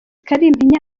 kalimpinya